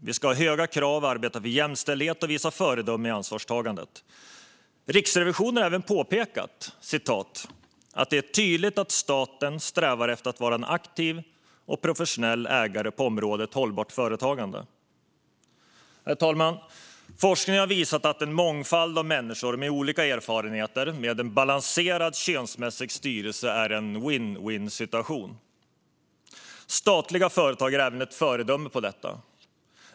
Vi ska ha höga krav, arbeta för jämställdhet och visa föredöme i ansvarstagande. Riksrevisionen har även påpekat att "det är tydligt att staten strävar efter att vara en aktiv och professionell ägare på området hållbart företagande". Herr talman! Forskning har visat att en mångfald av människor med olika erfarenheter och en könsmässigt balanserad styrelse är en vinn-vinnsituation. Statliga företag är även ett föredöme i detta.